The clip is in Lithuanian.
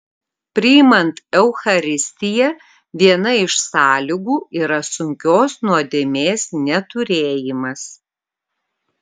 priimant eucharistiją viena iš sąlygų yra sunkios nuodėmės neturėjimas